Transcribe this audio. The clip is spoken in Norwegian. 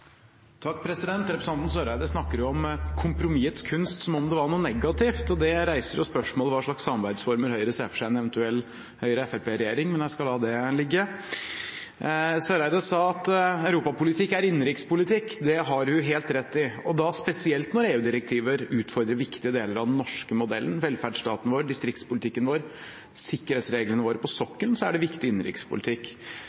Søreide snakker om kompromissets kunst som om det var noe negativt. Det reiser spørsmålet om hva slags samarbeidsformer Høyre ser for seg ved en eventuell Høyre–Fremskrittsparti-regjering, men jeg skal la det ligge. Eriksen Søreide sa at europapolitikk er innenrikspolitikk. Det har hun helt rett i, og spesielt når EU-direktiver utfordrer viktige deler av den norske modellen – velferdsstaten vår, distriktspolitikken vår og sikkerhetsreglene våre på